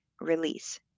release